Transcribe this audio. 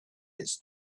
its